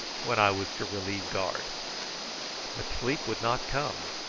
when i was to relieve guard but sleep would not come,